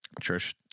Trish